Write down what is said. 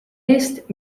eest